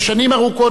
20 שנה,